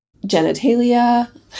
genitalia